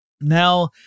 Now